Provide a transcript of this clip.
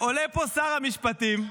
עולה פה שר המשפטים --- רון,